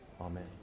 Amen